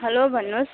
hello भन्नुहोस्